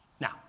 Now